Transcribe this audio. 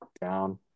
down